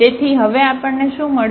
તેથી હવે આપણને શું મળશે